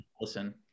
listen